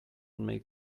make